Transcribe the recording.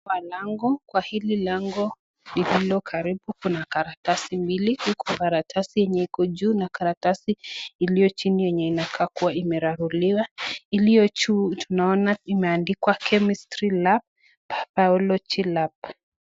lango kwa hili lango lililo karibu kuna karatasi mbili huku karatasi yenye iko juu na karatasi iliyo chini yenye inakaa kuwa imeraruliwa. Iliyo juu tunaona imeandikwa chemistry lab biology lab .